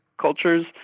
cultures